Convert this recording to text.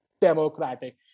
democratic